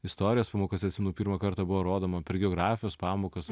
istorijos pamokose atsimenu pirmą kartą buvo rodoma per geografijos pamokas